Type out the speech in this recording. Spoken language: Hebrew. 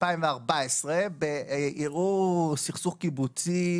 2014 בערעור סכסוך קיבוצי